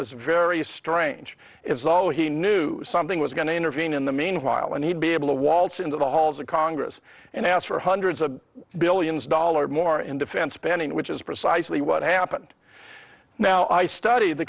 was very strange is all he knew something was going to intervene in the meanwhile and he'd be able to waltz into the halls of congress and ask for hundreds of billions dollars more in defense spending which is precisely what happened now i study the